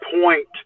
point